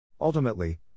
Ultimately